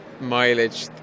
mileage